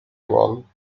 well